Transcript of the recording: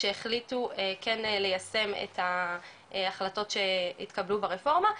שהחליטו כן ליישם את ההחלטות שהתקבלו ברפורמה,